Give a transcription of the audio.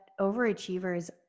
overachievers